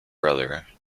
brother